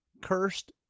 cursed